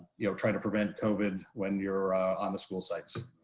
you know try to prevent covid when you're on the school sites.